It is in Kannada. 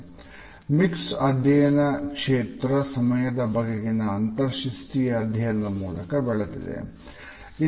ಕ್ರೋನಿಮಿಕ್ಸ್ ಅಧ್ಯಯನ ಕ್ಷೇತ್ರ ಸಮಯದ ಬಗೆಗಿನ ಅಂತರ ಶಿಸ್ತೀಯ ಅಧ್ಯಯನದ ಮೂಲಕ ಬೆಳೆದಿದೆ